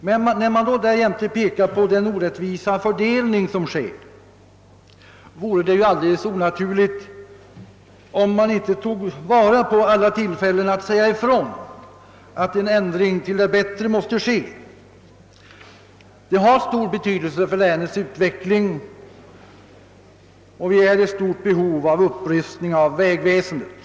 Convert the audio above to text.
Och när jag då också kan peka på den orättvisa medelsfördelningen vore det onaturligt, om jag inte toge vara på alla tillfällen att säga ifrån att en ändring till det bättre måste ske. Det har stor betydelse för länets utveckling, och vi är, som sagt, i stort behov av en upprustning av vägväsendet.